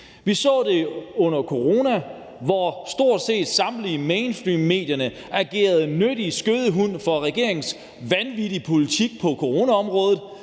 Vi så det under corona, hvor stort set samtlige mainstreammedier agerede nyttig skødehund for regeringens vanvittige politik på coronaområdet.